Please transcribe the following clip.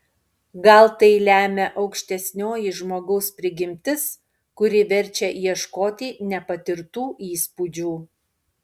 gal tai lemia aukštesnioji žmogaus prigimtis kuri verčia ieškoti nepatirtų įspūdžių